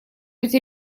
быть